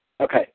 Okay